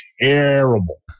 terrible